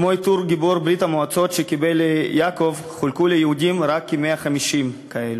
עיטור "גיבור ברית-המועצות" שקיבל יעקב חולק רק לכ-150 יהודים,